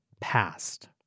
past